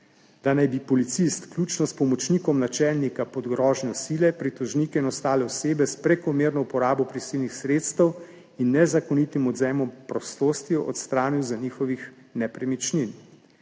da naj bi policist, vključno s pomočnikom načelnika, pod grožnjo sile pritožnike in ostale osebe s prekomerno uporabo prisilnih sredstev in nezakonitim odvzemom prostosti odstranil z njihovih nepremičnin.